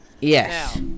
Yes